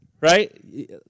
right